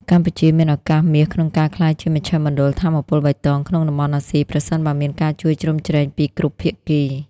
កម្ពុជាមានឱកាសមាសក្នុងការក្លាយជា "មជ្ឈមណ្ឌលថាមពលបៃតង" ក្នុងតំបន់អាស៊ី ប្រសិនបើមានការជួយជ្រោមជ្រែងពីគ្រប់ភាគី។